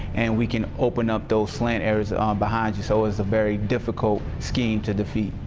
and we can open up those slant areas um behind you. so it's a very difficult scheme to defeat.